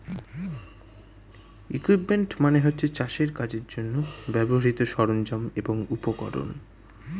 equipment মানে হচ্ছে চাষের কাজের জন্যে ব্যবহৃত সরঞ্জাম এবং উপকরণ